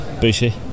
Bushy